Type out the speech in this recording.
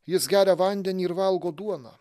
jis geria vandenį ir valgo duoną